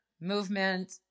movement